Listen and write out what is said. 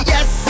Yes